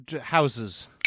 houses